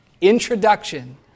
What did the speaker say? introduction